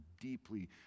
deeply